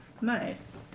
Nice